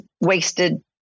wasted